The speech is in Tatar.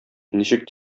ничек